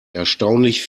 erstaunlich